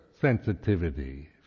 sensitivity